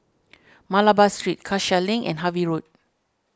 Malabar Street Cassia Link and Harvey Road